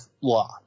law